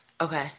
Okay